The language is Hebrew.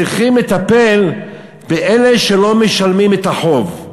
צריכים לטפל באלה שלא משלמים את החוב.